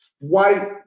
white